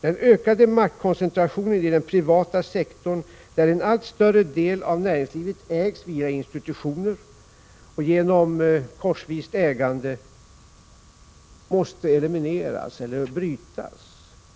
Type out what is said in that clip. Den ökade maktkoncentrationen i den privata sektorn, där en allt större del av näringslivet ägs via institutioner och genom korsvist ägande, måste elimineras eller brytas.